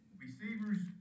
receivers